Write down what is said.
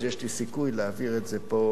אז יש לי סיכוי להעביר את זה פה,